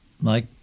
Mike